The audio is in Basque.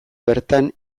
bertan